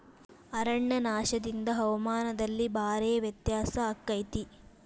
ಅರಣ್ಯನಾಶದಿಂದ ಹವಾಮಾನದಲ್ಲಿ ಭಾರೇ ವ್ಯತ್ಯಾಸ ಅಕೈತಿ